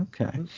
okay